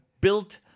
built